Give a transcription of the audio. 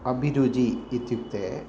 अभिरुचिः इत्युक्ते